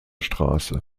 straße